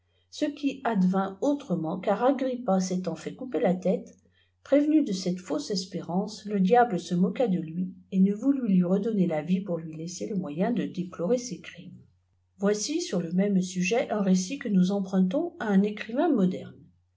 ce qui advint autrement car agrippa s'étant fait couper la tête prévenu de cette fausse espérance le diable se moqua de lui et ne voulut lui redonner la vie pour lui laisser le moyen de déplorer ses crimes voici sur le ménie sujet un récit que nous empruntons à un écrivain moderne